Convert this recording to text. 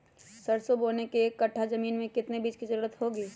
सरसो बोने के एक कट्ठा जमीन में कितने बीज की जरूरत होंगी?